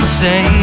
say